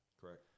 Correct